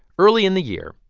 early in the year,